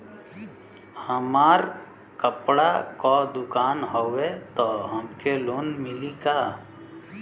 हमार कपड़ा क दुकान हउवे त हमके लोन मिली का?